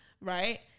right